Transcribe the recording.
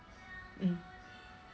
mm